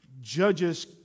Judges